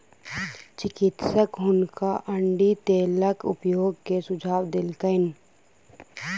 चिकित्सक हुनका अण्डी तेलक उपयोग के सुझाव देलकैन